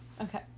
Okay